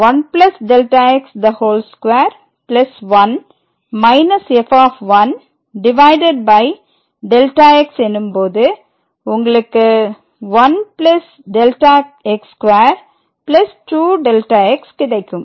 1Δx2 1 minus f divided by Δx எனும்போது உங்களுக்கு 1 Δx2 2Δx கிடைக்கும்